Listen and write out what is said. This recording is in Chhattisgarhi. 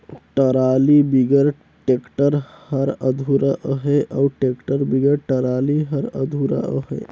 टराली बिगर टेक्टर हर अधुरा अहे अउ टेक्टर बिगर टराली हर अधुरा अहे